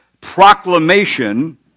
proclamation